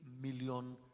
million